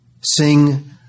Sing